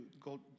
go